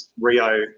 Rio